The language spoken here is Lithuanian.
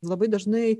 labai dažnai